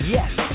Yes